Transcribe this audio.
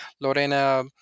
Lorena